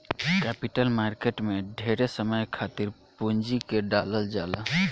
capital market में ढेरे समय खातिर पूंजी के डालल जाला